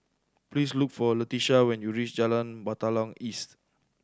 please look for Leticia when you reach Jalan Batalong East